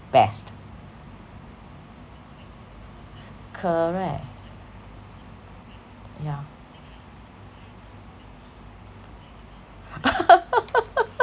best correct yeah